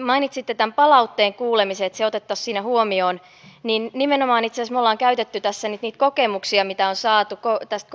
mainitsitte tämän palautteen kuulemisen ja että se otettaisiin siinä huomioon nimenomaan itse asiassa me olemme käyttäneet tässä nyt niitä kokemuksia mitä on saatu tästä